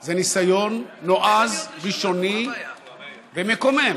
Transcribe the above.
זה ניסיון נועז, ראשוני ומקומם,